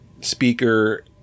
speaker